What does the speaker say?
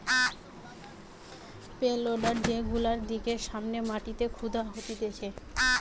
pay loader যেগুলা দিয়ে সামনের মাটিকে খুদা হতিছে